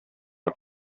are